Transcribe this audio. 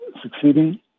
succeeding